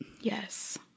Yes